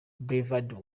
boulevard